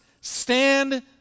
stand